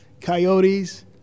coyotes